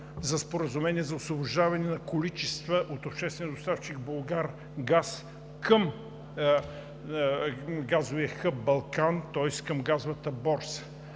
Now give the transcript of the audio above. Споразумение за освобождаване на количества от обществения доставчик „Булгаргаз“ към газовия хъб „Балкан“, тоест към газовата борса.